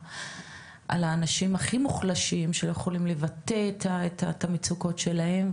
האנשים הכי מוחלשים שלא יכולים לבטא את המצוקות שלהם,